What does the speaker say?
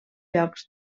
llocs